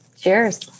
Cheers